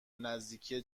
نزدیکی